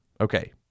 Okay